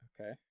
Okay